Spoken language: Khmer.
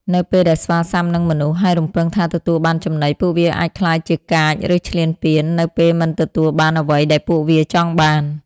នៅពេលដែលស្វាស៊ាំនឹងមនុស្ស ហើយរំពឹងថាទទួលបានចំណី ពួកវាអាចក្លាយជាកាច ឬឈ្លានពាននៅពេលមិនទទួលបានអ្វីដែលពួកវាចង់បាន។